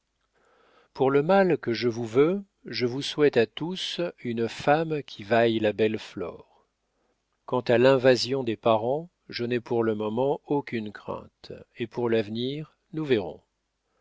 pour le mal que je vous veux je vous souhaite à tous une femme qui vaille la belle flore quant à l'invasion des parents je n'ai pour le moment aucune crainte et pour l'avenir nous verrons